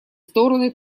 стороны